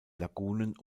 lagunen